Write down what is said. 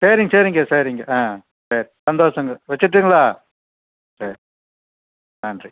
சரிங் சரிங்க சரிங்க சரி சந்தோஷங்க வச்சுடுட்டுங்களா சர் நன்றி